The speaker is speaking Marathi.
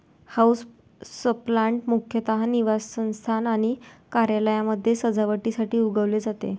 हाऊसप्लांट मुख्यतः निवासस्थान आणि कार्यालयांमध्ये सजावटीसाठी उगवले जाते